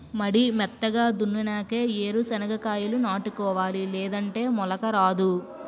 మడి మెత్తగా దున్నునాకే ఏరు సెనక్కాయాలు నాటుకోవాలి లేదంటే మొలక రాదు